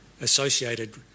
associated